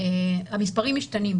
המספרים משתנים.